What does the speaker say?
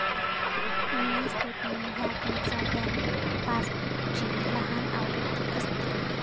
mini statement ह्या तुमचा bank पासबुकची लहान आवृत्ती असता